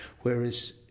whereas